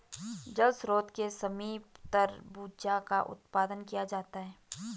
जल स्रोत के समीप तरबूजा का उत्पादन किया जाता है